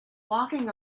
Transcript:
walking